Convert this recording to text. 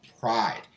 pride